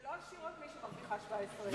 זה לא עשירות, מי שמרוויחה 17,000 שקל.